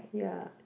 ya